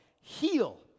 Heal